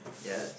I